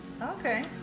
Okay